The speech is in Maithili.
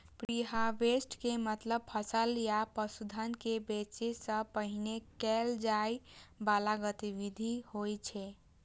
प्रीहार्वेस्ट के मतलब फसल या पशुधन कें बेचै सं पहिने कैल जाइ बला गतिविधि होइ छै